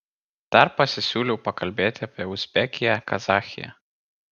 dar pasisiūliau pakalbėti apie uzbekiją kazachiją